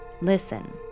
Listen